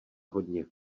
hodně